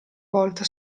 volta